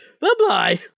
Bye-bye